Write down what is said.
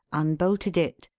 unbolted it,